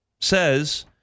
says